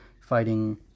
fighting